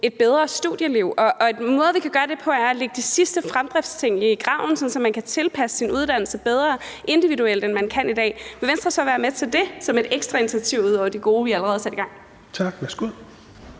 et bedre studieliv. Og en måde, vi kan gøre det på, er ved at lægge de sidste fremdriftsting i graven, sådan at man vil kunne tilpasse sin uddannelse bedre individuelt, end man kan i dag. Vil Venstre så være med til det som et ekstra initiativ ud over de gode initiativer, vi allerede har sat i gang? Kl.